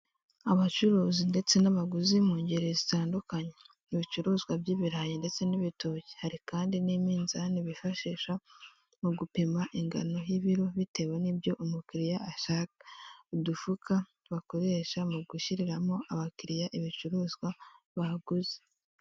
Abacuruzi ndetse n'abaguzi mu ngeri zitandukanye; ibicuruzwa by'ibirayi ndetse n'ibitoki hari kandi n'iminzani bifashisha mu gupima ingano y'ibiro bitewe n'ibyo umukiriya ashaka; udufuka bakoresha mu gushyiriramo abakiriya ibicuruzwa bahaguze.